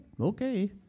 okay